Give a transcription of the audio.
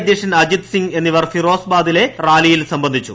അധ്യക്ഷൻ അജിത്ര് സിങ് എന്നിവർ ഫിറോ സ്ബാദിലെ റാലിയിൽ സംബന്ധിച്ചു